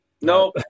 No